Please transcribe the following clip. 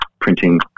printing